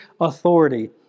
authority